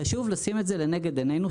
חשוב לשים את זה לנגד עינינו,